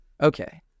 Okay